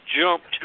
jumped